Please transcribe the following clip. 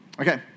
Okay